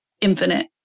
infinite